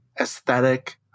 aesthetic